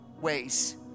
ways